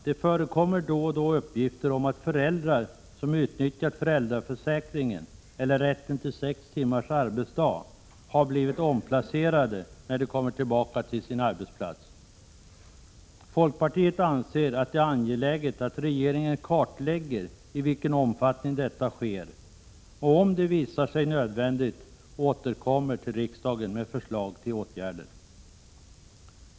Det förekommer då och då uppgifter om att föräldrar som utnyttjar föräldraförsäkringen eller rätten till sex timmars arbetsdag har blivit omplacerade när de kommit tillbaka till sin arbetsplats. Folkpartiet anser att det är angeläget att regeringen kartlägger i vilken omfattning detta sker och om det visar sig nödvändigt återkommer till riksdagen med förslag till åtgärder.